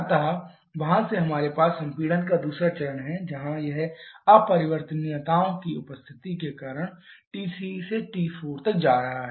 अतः वहां से हमारे पास संपीड़न का दूसरा चरण है जहां यह अपरिवर्तनीयताओं की उपस्थिति के कारण T3 से T4 तक जा रहा है